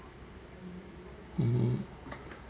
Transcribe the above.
mm